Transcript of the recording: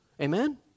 Amen